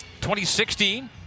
2016